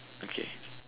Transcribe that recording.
okay